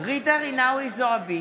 ג'ידא רינאוי זועבי,